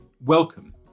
welcome